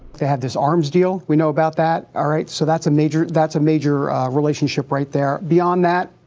to have this arms deal we know about that all right so that's a major that's a major a relationship right there beyond that.